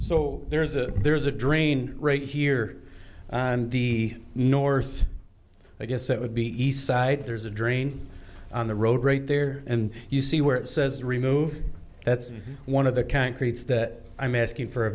so there's a there's a drain right here in the north i guess it would be east side there's a drain on the road right there and you see where it says remove that's one of the concretes that i'm asking for a